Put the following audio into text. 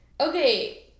Okay